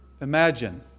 Imagine